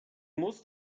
musst